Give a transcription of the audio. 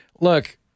Look